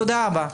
תודה רבה.